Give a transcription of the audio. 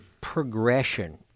progression